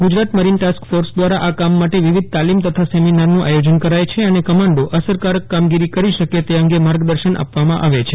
Gujarat marine task force દ્વારા આ કામ માટે વિવિધ તાલીમ તથા સેમિનારનું આયોજન કરાય છે અને કમાન્ડો અસરકારક કામગીરી કરી શકે તે અંગે માર્ગદર્શન આપવામાં આવે છે